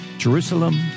Jerusalem